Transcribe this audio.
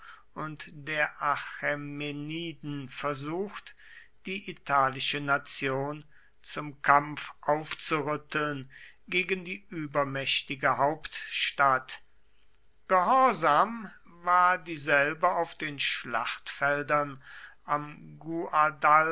und der achämeniden versucht die italische nation zum kampf aufzurütteln gegen die übermächtige hauptstadt gehorsam war dieselbe auf den schlachtfeldern am